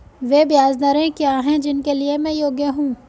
वे ब्याज दरें क्या हैं जिनके लिए मैं योग्य हूँ?